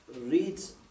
reads